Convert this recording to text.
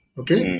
okay